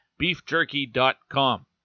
Beefjerky.com